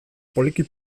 poliki